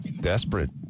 Desperate